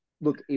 look